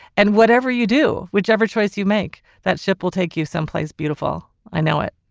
and whatever you do whichever choice you make that ship will take you someplace beautiful. i know it